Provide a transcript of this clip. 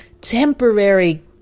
temporary